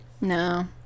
No